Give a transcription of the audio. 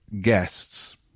guests